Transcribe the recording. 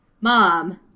mom